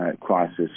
crisis